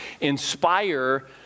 inspire